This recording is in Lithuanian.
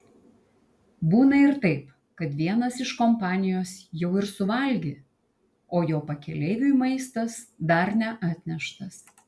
būna ir taip kad vienas iš kompanijos jau ir suvalgė o jo pakeleiviui maistas dar neatneštas